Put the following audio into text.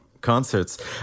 concerts